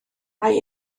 mae